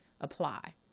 apply